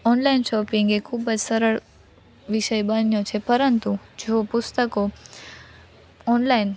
online shopping એ ખૂબ જ સરળ વિષય બન્યો છે પરંતુ જો પુસ્તકો ઓનલાઇન